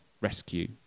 rescue